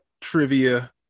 trivia